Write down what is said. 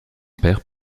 père